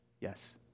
Yes